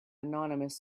anonymous